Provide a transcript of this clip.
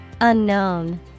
Unknown